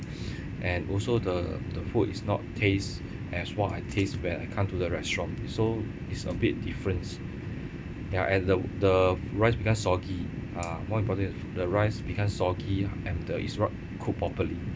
and also the the food is not taste as what I taste when I come to the restaurant so it's a big difference ya and the the rice become soggy ah more important is the rice become soggy and the is not cooked properly